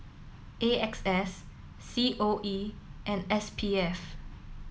A X S C O E and S P F